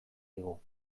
digu